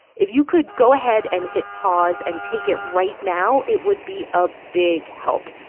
if you could go ahead and hit pause and take it right now, it would be a big help.